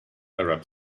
arab